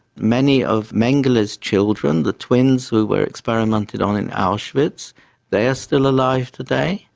many of mengele's children, the twins who were experimented on in auschwitz they are still alive today.